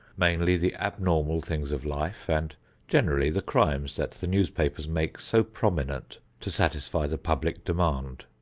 mainly the abnormal things of life and generally the crimes that the newspapers make so prominent to satisfy the public demand.